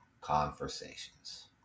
conversations